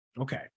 okay